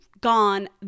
gone